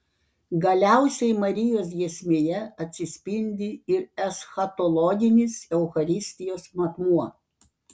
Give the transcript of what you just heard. galiausiai marijos giesmėje atsispindi ir eschatologinis eucharistijos matmuo